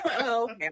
Okay